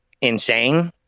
insane